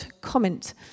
comment